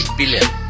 billion